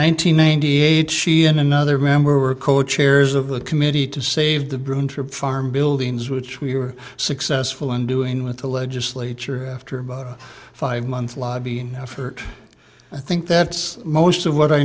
hundred ninety eight she and another member were co chairs of the committee to save the broom for farm buildings which we were successful in doing with the legislature after about five months lobbying effort i think that's most of what i